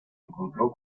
encontró